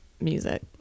music